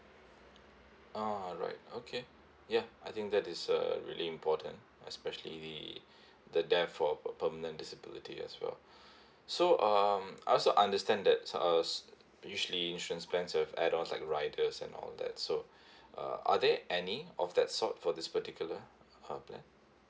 ah right okay ya I think that is uh really important especially the death or permanent disability as well so um I also understand that uh usually insurance plans have add ons like riders and all that so uh are there any of that sort for this particular uh plan